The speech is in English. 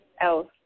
else